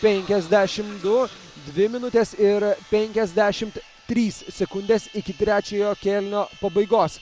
penkiasdešimt du dvi minutės ir penkiasdešimt trys sekundės iki trečiojo kėlinio pabaigos